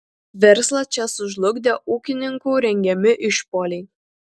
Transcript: verslą čia sužlugdė ūkininkų rengiami išpuoliai